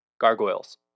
Gargoyles